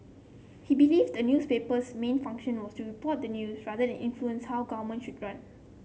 he believed the newspaper's main function was to report the news rather than influence how government should run